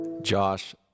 Josh